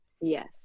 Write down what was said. Yes